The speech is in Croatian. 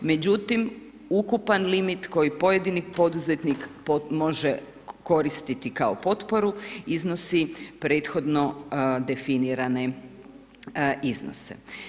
Međutim, ukupan limit koji pojedini poduzetnik može koristiti kao potporu iznosi prethodne definirane iznose.